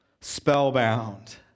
spellbound